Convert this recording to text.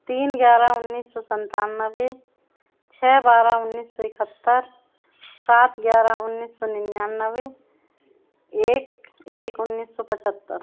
तीन ग्यारह उन्नीस सौ सत्तानवे छः बारह उन्नीस सौ इकहत्तर सात ग्यारह उन्नीस सौ निन्यानवे एक एक उन्नीस सौ पचहत्तर